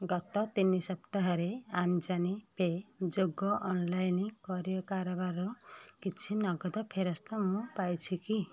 ଗତ ତିନି ସପ୍ତାହରେ ଆମାଜନ୍ ପେ ଯୋଗେ ଅନଲାଇନ କାରବାରରୁ କିଛି ନଗଦ ଫେରସ୍ତ ମୁଁ ପାଇଛି କି